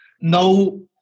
No